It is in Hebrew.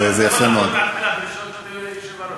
ברשות היושב-ראש.